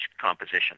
composition